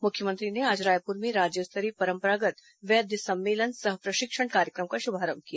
मुख्यमंत्री ने आज रायपुर में राज्य स्तरीय परंपरागत् वैद्य सम्मेलन सह प्रशिक्षण कार्यक्रम का शुभारभ किया